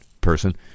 person